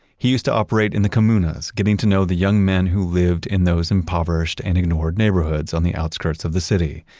he used to operate in the comunas, getting to know the young men who lived in those impoverished and ignored neighborhoods on the outskirts of the city.